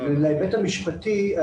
בהיבט המשפטי,